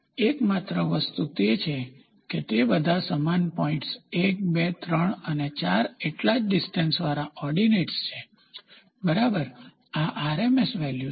એકમાત્ર વસ્તુ તે છે કે તે બધા સમાન પોઇન્ટ્સ 1 2 3 અને 4 એટલા જ ડીસ્ટન્સવાળા ઓર્ડિનેટ્સ છે બરાબર આ RMS વેલ્યુ છે